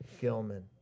Gilman